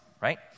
right